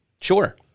Sure